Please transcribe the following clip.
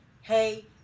hey